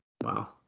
Wow